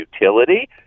utility